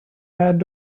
had